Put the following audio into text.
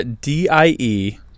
D-I-E